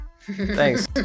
thanks